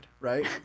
right